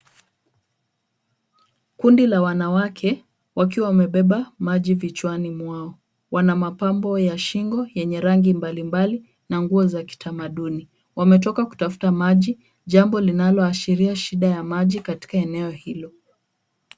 Kundi la wanawake wakiwa wamebeba maji vichwani mwao. Wana mapambo ya shingo yenye rangi mbalimbali na nguo za kitamaduni. Wametoka kutafuta maji, jambo linaloashiria shida ya maji katika eneo hilo.